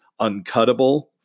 uncuttable